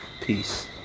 peace